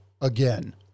again